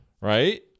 Right